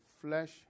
flesh